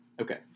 Okay